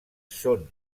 són